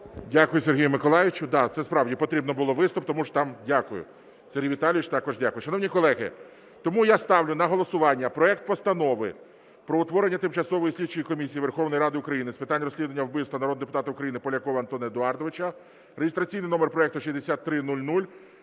Дякую, Сергію Миколайовичу. Да, це справді потрібно було виступ. Дякую. Сергій Віталійович, також дякую. Шановні колеги! Тому я ставлю на голосування проект Постанови про утворення Тимчасової слідчої комісії Верховної Ради України з питань розслідування вбивства народного депутата України Полякова Антона Едуардовича (реєстраційний номер проекту 6300)